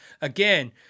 again